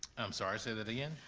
i'm sorry, say that again.